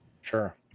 Sure